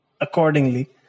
accordingly